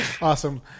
Awesome